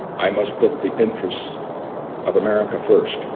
i must put the interests of america first.